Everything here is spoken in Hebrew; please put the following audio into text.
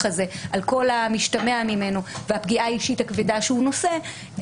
הזה על כל המשתמע ממנו והפגיעה האישית הכבדה שהוא נושא,